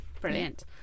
brilliant